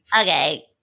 Okay